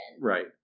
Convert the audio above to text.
right